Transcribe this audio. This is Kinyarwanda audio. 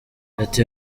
ati